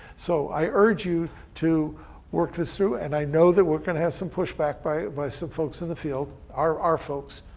so i urge you to work this through. and i know that we're gonna have some pushback by by some folks in the field, our our folks.